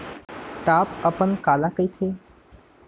Top अपन काला कहिथे?